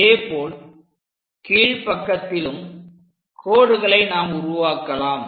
அதேபோல் கீழ்ப்பக்கத்திலும் கோடுகளையும் நாம் உருவாக்கலாம்